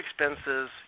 expenses